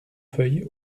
feuilles